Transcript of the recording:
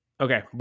Okay